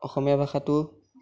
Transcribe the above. অসমীয়া ভাষাটো